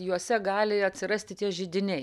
juose gali atsirasti tie židiniai